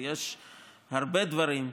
ויש הרבה דברים,